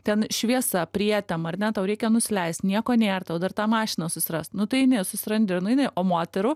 ten šviesa prietema ar ne tau reikia nusileist nieko nėr tau dar tą mašiną susirast nu tu eini susirandi ir nueini o moterų